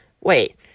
Wait